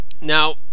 Now